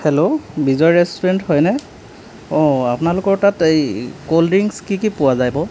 hello Bijoy restaurant হয়নে অ' আপোনালোকৰ তাত এই ক'ল্ড ড্ৰিংকছ কি কি পোৱা যায় বাৰু